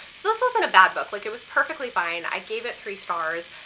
so this wasn't a bad book, like it was perfectly fine, i gave it three stars,